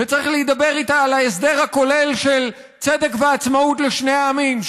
וצריך להידבר איתה על ההסדר הכולל של צדק ועצמאות לשני העמים,